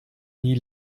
nie